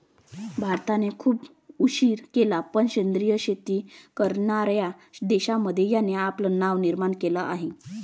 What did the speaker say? भारताने खूप उशीर केला पण सेंद्रिय शेती करणार्या देशांमध्ये याने आपले नाव निर्माण केले आहे